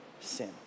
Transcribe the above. sin